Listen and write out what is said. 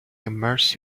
immerse